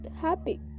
happy